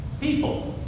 People